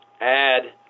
add –